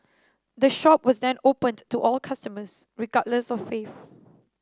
the shop was then opened to all customers regardless of faith